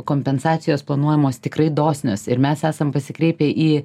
kompensacijos planuojamos tikrai dosnios ir mes esam pasikreipę į